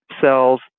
cells